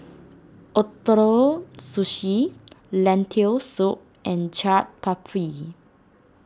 Ootoro Sushi Lentil Soup and Chaat Papri